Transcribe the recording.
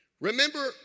Remember